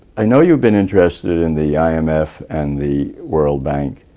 i know you've been interested in the i m f. and the world bank